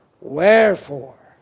Wherefore